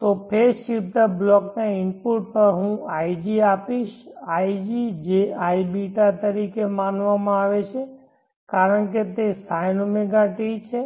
તો phase shifter બ્લોકના input પર હું ig આપીશ ig જે iβ તરીકે માનવામાં આવે છે કારણ કે તે sinωt છે